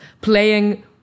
playing